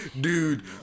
dude